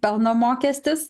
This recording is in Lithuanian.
pelno mokestis